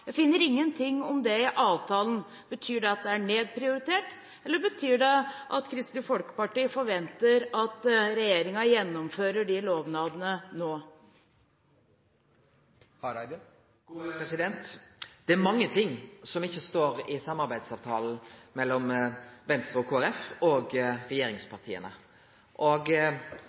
Jeg finner ingenting om det i avtalen. Betyr det at det er nedprioritert, eller betyr det at Kristelig Folkeparti forventer at regjeringen gjennomfører de lovnadene nå? Det er mange ting som ikkje står i samarbeidsavtalen til Venstre, Kristeleg Folkeparti og